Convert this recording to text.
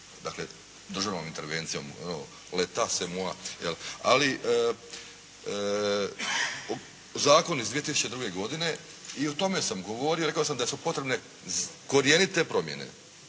uskočiti državnom intervencijom. Leta c'est moi , je li. Ali zakon iz 2002. godine, i o tome sam govorio, rekao sam da su potrebne korjenite promjene,